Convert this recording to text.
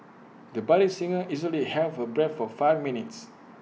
the budding singer easily held her breath for five minutes